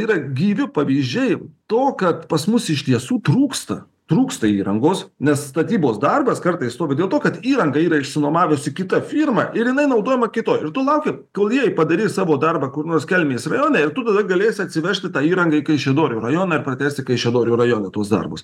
yra gyvi pavyzdžiai to kad pas mus iš tiesų trūksta trūksta įrangos nes statybos darbas kartais stovi dėl to kad įrangą yra išsinuomavęsi kita firma ir jinai naudojama kitoj ir tu lauki kol jiejie padarys savo darbą kur nors kelmės rajone ir tu tada galėsi atsivežti tą įrangą į kaišiadorių rajoną ir pratęsti kaišiadorių rajone tuos darbus